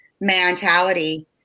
mentality